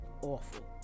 Awful